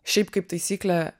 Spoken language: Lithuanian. šiaip kaip taisyklė